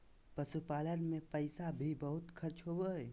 पशुपालन मे पैसा भी बहुत खर्च होवो हय